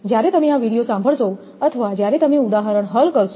જ્યારે તમે આ વિડિઓ સાંભળશો અથવા જ્યારે તમે ઉદાહરણ હલ કરશો